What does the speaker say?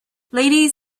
ladies